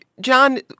John